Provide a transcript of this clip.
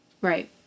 Right